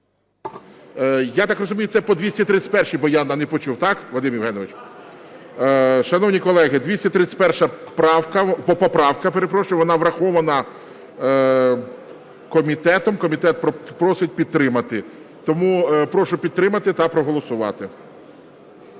Я так розумію, це по 231-й, бо я не почув. Так, Вадиме Євгеновичу? Шановні колеги, 231 правка, поправка, перепрошую, вона врахована комітетом, комітет просить підтримати. Тому прошу підтримати та проголосувати.